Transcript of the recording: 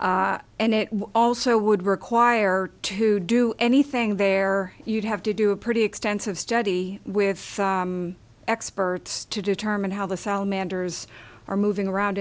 and it also would require to do anything there you'd have to do a pretty extensive study with experts to determine how the salamanders are moving around